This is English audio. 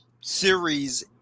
series